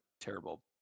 terrible